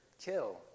kill